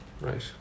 Right